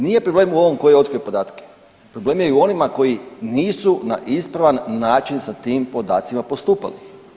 Nije problem u ovom ko je otkrio podatke, problem je i u onima koji nisu na ispravan način sa tim podacima postupali.